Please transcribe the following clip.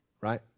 Right